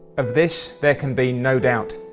of this there can be no doubt.